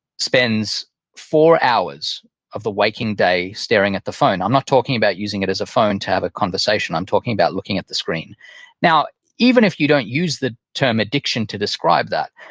spends four hours of the waking day staring at the phone. i'm not talking about using it as a phone to have a conversation. i'm talking about looking at the screen now, even if you don't use the term addiction to describe that,